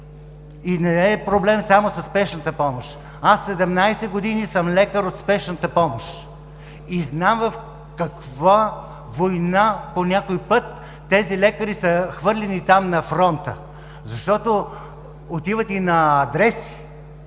И не е проблем само със спешната помощ. Аз седемнадесет години съм лекар от спешната помощ. И знам в каква война по някой път тези лекари са хвърлени там на фронта. Защото отиват и на адрес,